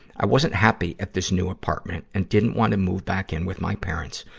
i wasn't happy at this new apartment and didn't want to move back in with my parents,